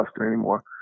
anymore